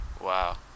Wow